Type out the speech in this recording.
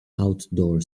outdoor